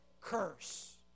curse